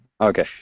Okay